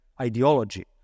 ideology